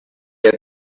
had